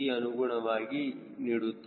ಅನುಗುಣವಾಗಿ ನೀಡುತ್ತದೆ